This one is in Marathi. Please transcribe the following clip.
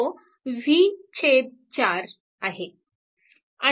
तो v 4 आहे